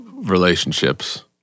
relationships